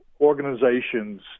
organizations